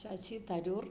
Sasi Tharoor